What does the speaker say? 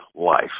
life